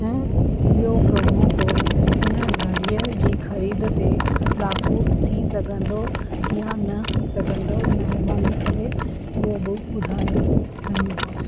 ऐं इहो promo code हिन घड़ीअ जी ख़रीद ते लाॻू थी सघंदो या न थी सघंदो महिरबानी करे उहो बि ॿुधायो धन्यवादु